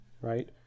right